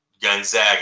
Gonzaga